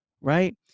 right